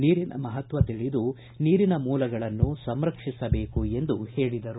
ನೀರಿನ ಮಹತ್ವ ತಿಳಿದು ನೀರಿನ ಮೂಲಗಳನ್ನು ಸಂರಕ್ಷಿಸಬೇಕು ಎಂದು ಹೇಳಿದರು